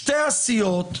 שתי סיעות,